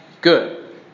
good